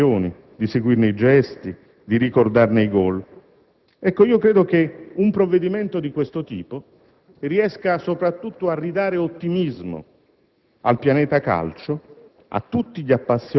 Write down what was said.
la capacità di seguire i propri campioni, di seguirne i gesti, di ricordarne i *goal*. Credo che un provvedimento come questo riesca soprattutto a ridare ottimismo